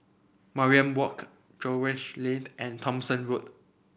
Mariam Walk Jervois and Thomson Road